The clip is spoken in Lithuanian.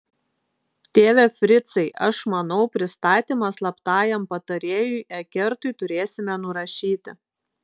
tėve fricai aš manau pristatymą slaptajam patarėjui ekertui turėsime nurašyti